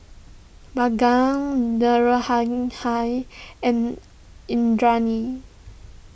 Bhagat and Indranee